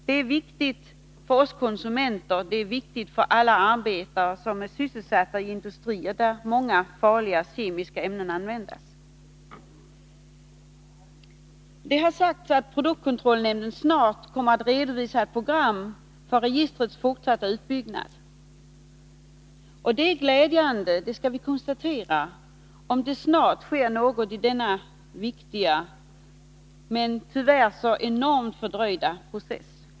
Detta är viktigt för oss konsumenter och för alla arbetare som är sysselsatta i industrin, där många farliga kemiska ämnen används. Det har sagts att produktkontrollnämnden snart kommer att redovisa ett program för registrets fortsatta utbyggnad. Det är glädjande — det skall vi konstatera — om det snart sker något i denna viktiga men tyvärr så enormt fördröjda process.